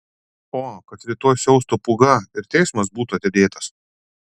o kad rytoj siaustų pūga ir teismas būtų atidėtas